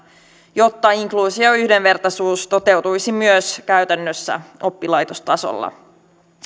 jotta inkluusio ja yhdenvertaisuus toteutuisivat myös käytännössä oppilaitostasolla